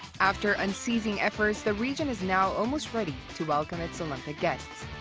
after unceasing efforts, the region is now almost ready to welcome its olympic guests.